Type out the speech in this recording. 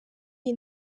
iyi